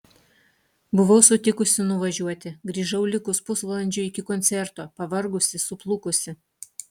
buvau sutikusi nuvažiuoti grįžau likus pusvalandžiui iki koncerto pavargusi suplukusi